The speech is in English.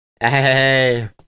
Hey